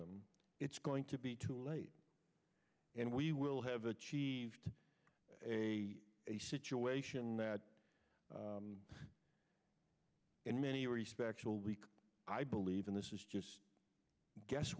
them it's going to be too late and we will have achieved a situation that in many respects will be i believe in this is just guess